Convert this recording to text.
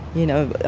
you know,